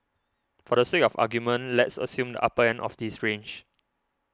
for the sake of argument let's assume the upper end of this range